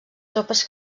tropes